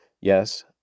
Yes